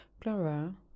Clara